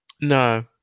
No